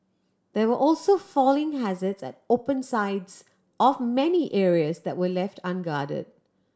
there were also falling hazards at open sides of many areas that were left unguarded